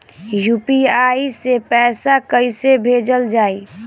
UPI से पैसा कइसे भेजल जाई?